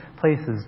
places